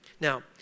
Now